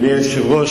אדוני היושב-ראש,